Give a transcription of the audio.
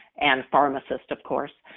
and pharmacists of course,